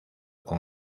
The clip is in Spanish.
con